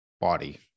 body